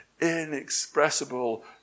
inexpressible